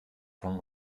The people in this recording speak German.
von